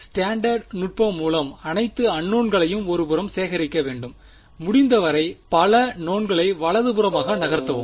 standard நுட்பம் மூலம் அனைத்து அன்னோன்களையும் ஒருபுறம் சேகரிக்க வேண்டும் முடிந்தவரை பல நோவ்ன்களை வலதுபுறமாக நகர்த்தவும்